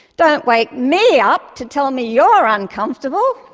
don't wake me up to tell me you're uncomfortable!